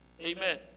Amen